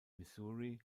missouri